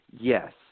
Yes